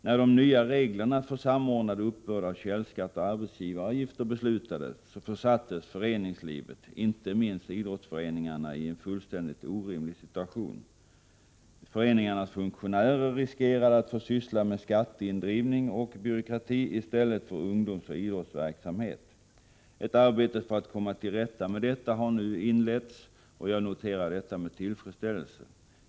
När de nya reglerna om samordnad uppbörd av källskatt och arbetsgivaravgifter beslutades sattes föreningslivet, inte minst idrottsföreningarna, i en fullständigt orimlig situation. Föreningarnas funktionärer riskerade att få syssla med skatteindrivning och byråkrati i stället för ungdomsoch idrottsverksamhet. Ett arbete på att komma till rätta med detta har nu inletts, vilket jag noterar med tillfredsställelse.